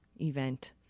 event